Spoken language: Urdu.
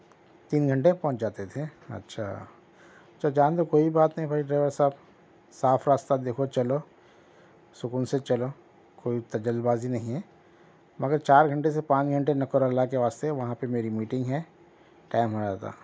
تین گھنٹے میں پہنچ جاتے تھے اچھا تو جان دو کوئی بات نہیں بھائی ڈرائیور صاحب صاف راستہ دیکھو چلو سکون سے چلو کوئی اتتا جلد بازی نہیں ہے مگر چار گھنٹے سے پانچ گھنٹے نکو اللہ کے واسطے وہاں پہ میری میٹنگ ہے ٹائم ہو جا تھا